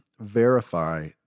verify